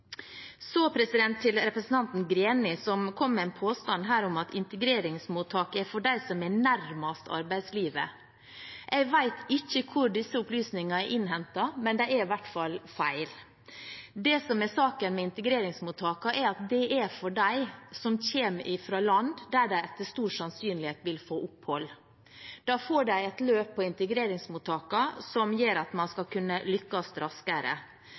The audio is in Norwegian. Så til representanten Greni, som kom med en påstand her om at integreringsmottak er for dem som er nærmest arbeidslivet. Jeg vet ikke hvor disse opplysningene er innhentet, men de er i hvert fall feil. Det som er saken med integreringsmottakene, er at dette er for dem som kommer fra land der de etter stor sannsynlighet vil få opphold. Da får de et løp på integreringsmottakene som gjør at man skal kunne lykkes raskere.